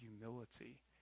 humility